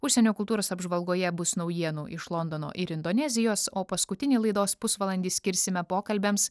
užsienio kultūros apžvalgoje bus naujienų iš londono ir indonezijos o paskutinį laidos pusvalandį skirsime pokalbiams